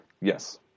Yes